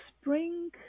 spring